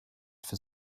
for